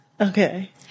Okay